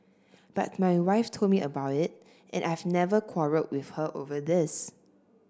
but my wife told me about it and I've never quarrelled with her over this